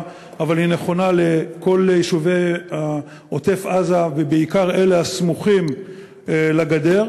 אבל היא קשורה לכל יישובי עוטף-עזה ובעיקר אלה הסמוכים לגדר,